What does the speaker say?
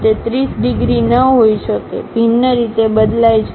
તે 30 ડિગ્રી ન હોઈ શકે ભિન્ન રીતે બદલાય છે